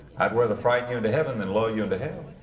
i'd rather frighten you into heaven than lull you into hell.